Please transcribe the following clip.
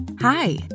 Hi